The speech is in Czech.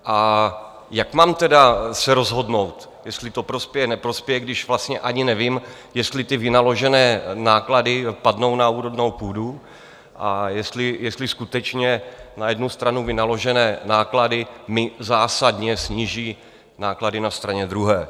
A jak se mám tedy rozhodnout, jestli to prospěje, neprospěje, když vlastně ani nevím, jestli vynaložené náklady padnou na úrodnou půdu a jestli skutečně na jednu stranu vynaložené náklady mi zásadně sníží náklady na straně druhé?